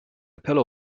pillow